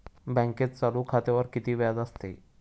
बँकेत चालू खात्यावर किती व्याज असते?